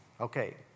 Okay